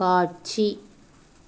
காட்சி